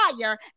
fire